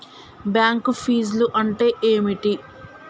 Bank ఫీజ్లు అంటే ఏమిటి?